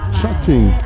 chatting